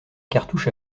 cartouche